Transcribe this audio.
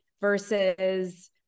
versus